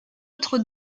autre